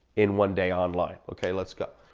in one day online. okay, let's go.